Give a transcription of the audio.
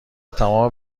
تمام